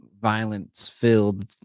violence-filled